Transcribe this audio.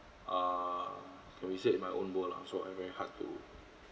err when we said is my own goal lah so I very very hard to